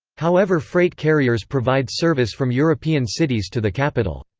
however freight carriers provide service from european cities to the capital.